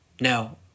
No